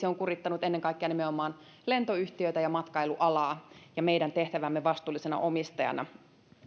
on kurittanut ennen kaikkea nimenomaan lentoyhtiöitä ja matkailualaa ja meidän tehtävämme vastuullisena omistajana